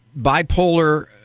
bipolar